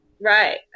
right